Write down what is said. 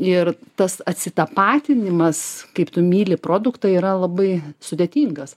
ir tas atsitapatinimas kaip tu myli produktą yra labai sudėtingas